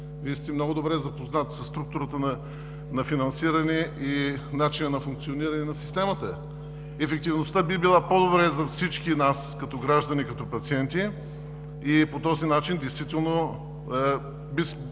Вие сте много добре запознат със структурата на финансиране и начина на функциониране на системата. Ефективността би била по-добра за всички нас, като граждани и като пациенти. По този начин действително